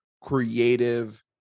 creative